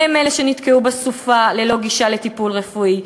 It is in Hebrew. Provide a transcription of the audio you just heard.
הם אלה שנתקעו בסופה ללא גישה לטיפול רפואי,